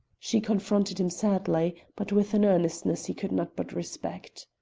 she confronted him sadly, but with an earnestness he could not but respect.